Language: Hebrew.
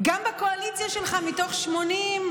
גם בקואליציה שלך, מתוך 80,